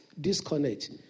disconnect